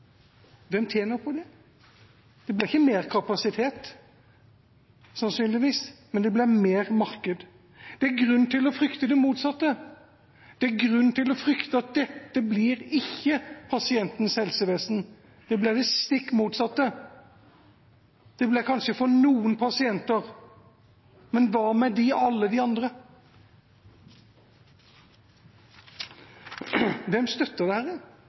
hvem tjener på det? Det blir ikke økt kapasitet, sannsynligvis, med mer marked. Det er grunn til å frykte det motsatte. Det er grunn til å frykte at dette ikke blir pasientens helsevesen, at det blir det stikk motsatte. Det blir kanskje det for noen pasienter, men hva med alle de andre? Hvem støtter